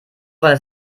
weil